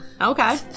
Okay